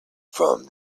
from